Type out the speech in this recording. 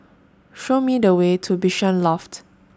Show Me The Way to Bishan Loft